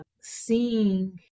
seeing